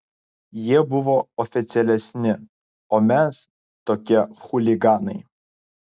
jie buvo oficialesni o mes tokie chuliganai